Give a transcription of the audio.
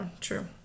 true